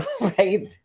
right